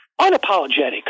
unapologetic